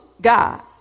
God